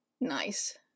nice